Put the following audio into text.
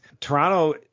Toronto